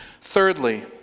Thirdly